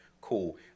Cool